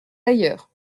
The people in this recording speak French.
ailleurs